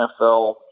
NFL